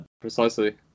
Precisely